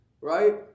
right